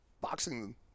boxing